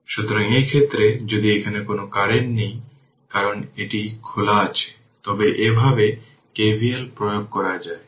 সুতরাং এই ক্ষেত্রে যদ এখানে কোন কারেন্ট নেই কারণ এটি খোলা আছে তবে এভাবে KVL প্রয়োগ করা যায়